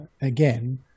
again